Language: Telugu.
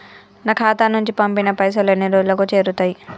నా ఖాతా నుంచి పంపిన పైసలు ఎన్ని రోజులకు చేరుతయ్?